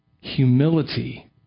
humility